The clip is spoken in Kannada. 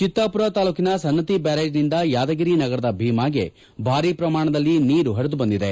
ಚಿತ್ತಾಪೂರ ತಾಲೂಕಿನ ಸನ್ನತಿ ಬ್ಯಾರೇಜಿನಿಂದ ಯಾದಗಿರಿ ನಗರದ ಭೀಮಾಗೆ ಭಾರಿ ಪ್ರಮಾಣದಲ್ಲಿ ನೀರು ಪರಿದುಬಂದಿದೆ